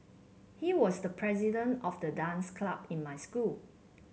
he was the president of the dance club in my school